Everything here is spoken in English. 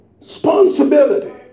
responsibility